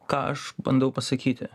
ką aš bandau pasakyti